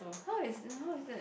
how is this how is that